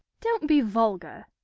don't be vulgar.